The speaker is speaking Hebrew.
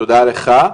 תודה לך.